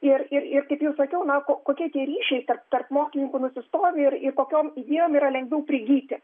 ir ir ir kaip jau sakiau na kokie tie ryšiai tarp mokslininkų nusistovi ir kokiom idėjom yra lengviau prigyti